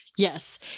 Yes